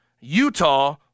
Utah